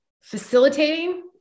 facilitating